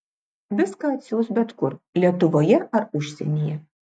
viską atsiųs bet kur lietuvoje ar užsienyje